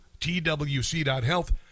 TWC.health